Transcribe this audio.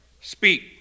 speak